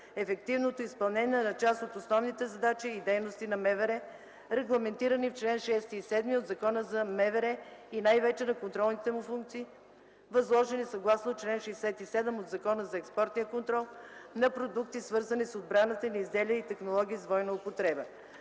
ефективното изпълнение на част от основните задачи и дейности на МВР, регламентирани в чл. 6 и чл. 7 от Закона за Министерството на вътрешните работи и най-вече на контролните му функции, възложени съгласно чл. 67 от Закона за експортния контрол на продукти, свързани с отбраната, и на изделия и технологии с двойна употреба.